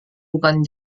bukan